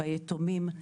ביתומים,